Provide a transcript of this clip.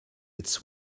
its